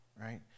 right